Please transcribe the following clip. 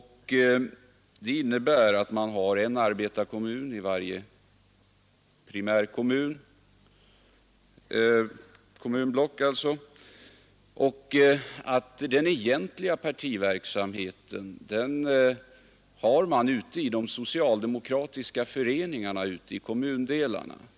Den innebär att man har en arbetarkommun i varje kommunblock och att den egentliga partiverksamheten äger rum ute i de socialdemokratiska föreningarna ute i kommundelarna.